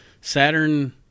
Saturn